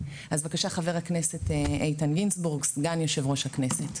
ח"כ איתן גינזבורג, סגן יו"ר הכנסת.